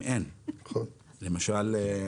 למשל,